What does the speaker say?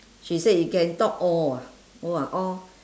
she said you can talk all ah !wah! all